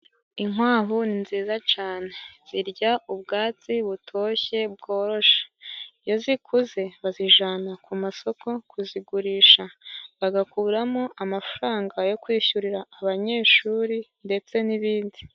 Inkwavu ni nziza cane zirya ubwatsi butoshye bworoshe, iyo zikuze bazijana ku masoko kuzigurisha, bagakuramo amafaranga yo kwishyurira abanyeshuri ndetse n'ibindi.